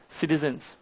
citizens